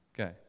Okay